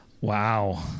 Wow